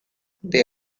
they